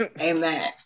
amen